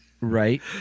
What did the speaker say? Right